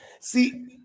See